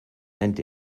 and